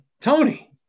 Tony